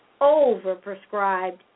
over-prescribed